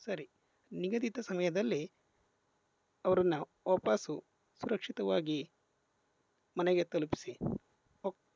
ಸರಿ ನಿಗದಿತ ಸಮಯದಲ್ಲಿ ಅವ್ರನ್ನ ವಾಪಸ್ಸು ಸುರಕ್ಷಿತವಾಗಿ ಮನೆಗೆ ತಲುಪಿಸಿ ಹೋಗಿ